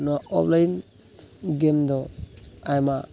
ᱱᱚᱣᱟ ᱚᱯᱷᱞᱟᱭᱤᱱ ᱜᱮᱢᱫᱚ ᱟᱭᱢᱟ